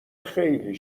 خیلی